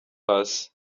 hasi